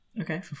Okay